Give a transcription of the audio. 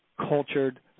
cultured